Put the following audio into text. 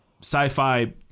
sci-fi